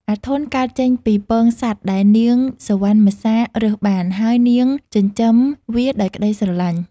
អាធន់ កើតចេញពីពងសត្វដែលនាងសុវណ្ណមសារើសបាន ហើយនាងចិញ្ចឹមវាដោយក្ដីស្រឡាញ់។